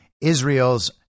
Israel's